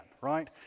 right